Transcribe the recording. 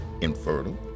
infertile